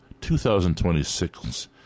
2026